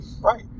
right